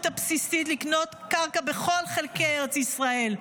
הבסיסית לקנות קרקע בכל חלקי ארץ ישראל,